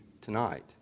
tonight